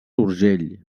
urgell